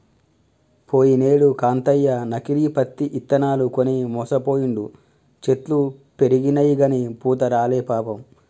పోయినేడు కాంతయ్య నకిలీ పత్తి ఇత్తనాలు కొని మోసపోయిండు, చెట్లు పెరిగినయిగని పూత రాలే పాపం